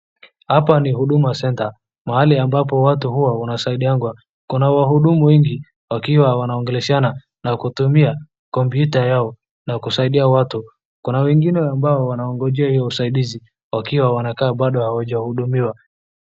Hapa ni Huduma Centre mahali ambapo watu huwa wanasaidiagwa. Kuna wahudumu wengi wakiwa wanaongeleshana na kutumia kompyuta yao na kusaidia watu. Kuna wengine ambao wanaogonjea hio usaidizi wakiwa wanakaa bado hawajahudumiwa.